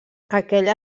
aquella